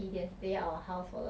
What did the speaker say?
then 去那边家住 one week